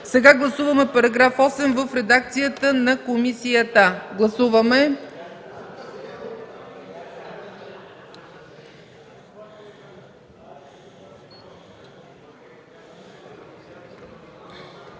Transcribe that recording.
Сега гласуваме § 8 в редакцията на комисията. Гласували